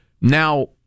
Now